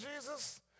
Jesus